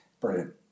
Brilliant